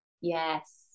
yes